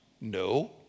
No